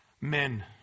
men